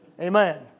Amen